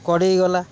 କଡ଼େଇ ଗଲା